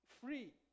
free